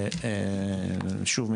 שוב,